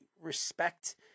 respect